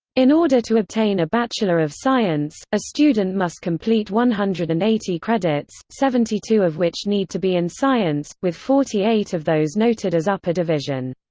in order to obtain a bachelor of science, a student must complete one hundred and eighty credits, seventy two of which need to be in science, with forty eight of those noted as upper division.